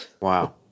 Wow